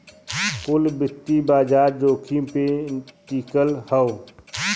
कुल वित्तीय बाजार जोखिम पे टिकल हौ